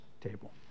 table